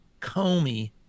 Comey